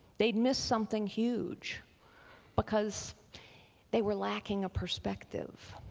they'd missed something huge because they were lacking a perspective.